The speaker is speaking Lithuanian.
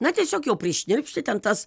na tiesiog jau prišnirpšti ten tas